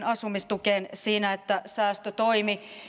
asumistukeen siinä että säästötoimi